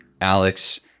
Alex